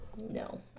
No